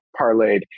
parlayed